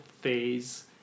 phase